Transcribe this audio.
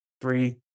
three